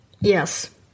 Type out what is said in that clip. Yes